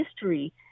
history